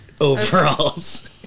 overalls